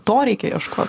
to reikia ieškot